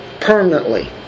permanently